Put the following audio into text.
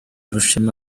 rushema